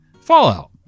Fallout